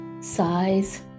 size